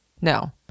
No